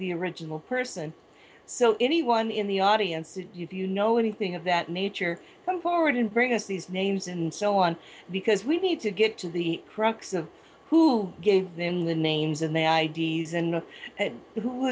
the original person so anyone in the audience to you know anything of that nature come forward and bring us these names and so on because we need to get to the crux of who gave them the names and their i d s and who